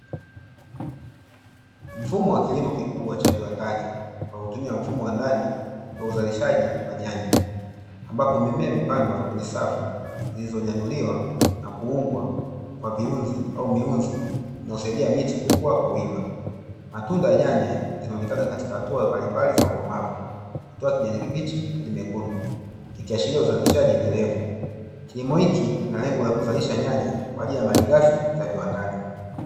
Mfumo wa kilimo kikubwa cha viwandani kwa kutumia mfumo wa ndani wa uzalishaji wa nyanya, ambapo mimea imepandwa kwenye safu zilizonyanyuliwa na kuungwa kwa viunzi au miunzi inayosaidia miti kukua kwa wima. Matunda ya nyanya yanaonekana katika hatua mbalimbali za ukomavu kutoka kijani kibichi hadi nyekundu, ikiashiria uzalishaji endelevu. Kilimo hiki kina lengo la kuzalisha nyanya kwa ajili ya malighafi za viwandani.